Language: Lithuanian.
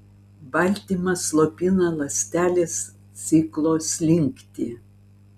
baltymas slopina ląstelės ciklo slinktį